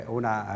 una